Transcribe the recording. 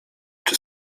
czy